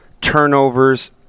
turnovers